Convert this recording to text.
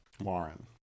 Warren